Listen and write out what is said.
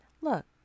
look